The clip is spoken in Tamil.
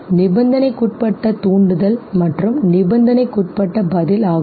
நிபந்தனைக்குட்பட்ட தூண்டுதல் மற்றும் நிபந்தனைக்குட்பட்ட பதில் ஆகும்